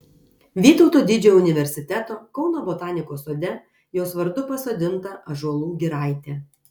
vytauto didžiojo universiteto kauno botanikos sode jos vardu pasodinta ąžuolų giraitė